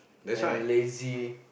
and lazy